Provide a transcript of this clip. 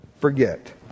forget